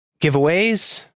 giveaways